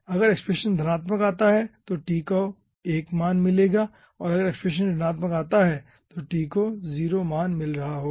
अगर एक्सप्रेशन धनात्मक आता है तो t को 1 मिलेगा और अगर एक्सप्रेशन ऋणात्मक निकलेगा तो t को 0 मान मिल रहा होगा